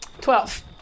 Twelve